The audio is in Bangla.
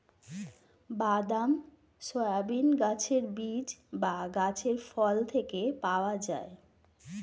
বাদাম, সয়াবিন গাছের বীজ বা গাছের ফল থেকে পাওয়া যায়